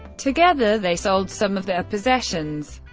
together they sold some of their possessions,